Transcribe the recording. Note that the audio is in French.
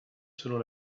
selon